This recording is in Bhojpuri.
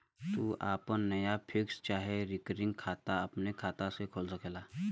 तू आपन नया फिक्स चाहे रिकरिंग खाता अपने आपे खोल सकला